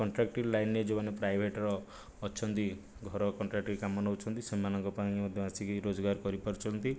କଣ୍ଟ୍ରାକଟିକ୍ ଲାଇନ୍ରେ ଯେଉଁମାନେ ପ୍ରାଇଭେଟ୍ର ଅଛନ୍ତି ଘର କଣ୍ଟ୍ରାକଟିକ୍ କାମ ନଉଛନ୍ତି ସେମାନଙ୍କ ପାଇଁ ମଧ୍ୟ ଆସିକି ରୋଜଗାର କରିପାରୁଛନ୍ତି